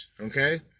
Okay